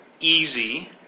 easy